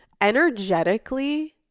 Energetically